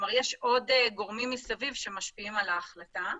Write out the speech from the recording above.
יש עוד גורמים מסביב שמשפיעים על ההחלטה.